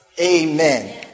Amen